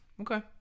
Okay